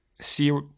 see